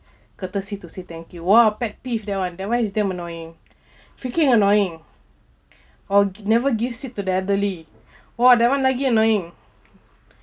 courtesy to say thank you !wah! pet peeve that [one] that [one] is damn annoying freaking annoying or never give seat to the elderly !wah! that one lagi annoying